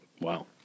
Wow